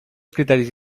criteris